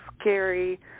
scary